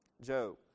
Job